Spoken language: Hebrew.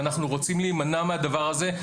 ואנחנו רוצים להימנע מהדבר הזה.